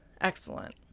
Excellent